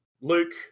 luke